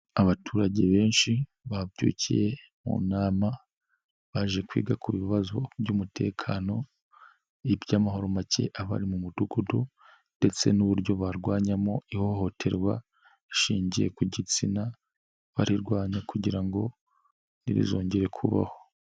Abaturage benshi babyukiye mu nama, baje kwiga ku bibazo by'umutekano, n'iby'amahoro make abari mu mudugudu, ndetse n'uburyo barwanyamo ihohoterwa rishingiye ku gitsina, barirwanya kugira ngo ntirizongere kubaho.